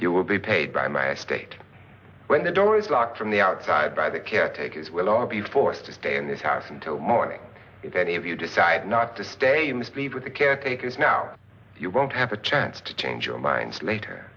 you will be paid by my estate when the door is locked from the outside by the caretakers we'll all be forced to stay in this house until morning if any of you decide not to stay in the speed with the caretakers now you won't have a chance to change your minds later